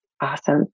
Awesome